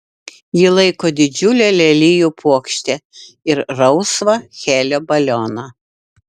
ji laiko didžiulę lelijų puokštę ir rausvą helio balioną